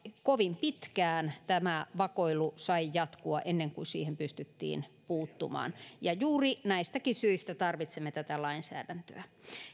kovin pitkään tämä vakoilu sai jatkua ennen kuin siihen pystyttiin puuttumaan ja juuri näistäkin syistä tarvitsemme tätä lainsäädäntöä